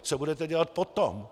Co budete dělat potom?